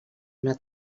una